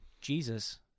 Jesus